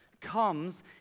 comes